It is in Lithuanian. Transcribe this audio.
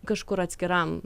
kažkur atskiram